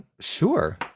Sure